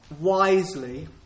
wisely